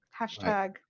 Hashtag